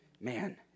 Man